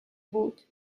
بود